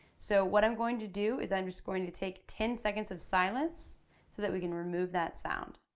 so what i'm going to do is i'm just going to take ten seconds of silence so that we can remove that sound.